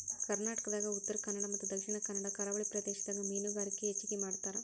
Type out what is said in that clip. ಕರ್ನಾಟಕದಾಗ ಉತ್ತರಕನ್ನಡ ಮತ್ತ ದಕ್ಷಿಣ ಕನ್ನಡ ಕರಾವಳಿ ಪ್ರದೇಶದಾಗ ಮೇನುಗಾರಿಕೆ ಹೆಚಗಿ ಮಾಡ್ತಾರ